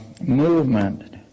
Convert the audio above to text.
movement